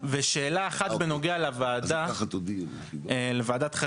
ושאלה אחת בנוגע לוועדת חריגים,